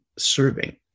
serving